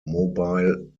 mobile